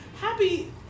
Happy